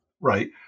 right